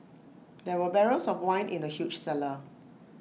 there were barrels of wine in the huge cellar